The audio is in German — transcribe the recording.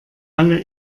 alle